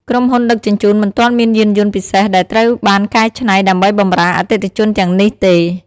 ក្រុមហ៊ុនដឹកជញ្ជូនមិនទាន់មានយានយន្តពិសេសដែលត្រូវបានកែច្នៃ ដើម្បីបម្រើអតិថិជនទាំងនេះទេ។